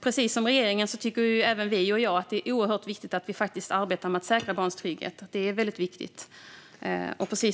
Precis som regeringen tycker vi, och jag, att det är oerhört viktigt att vi arbetar med att säkra barns trygghet.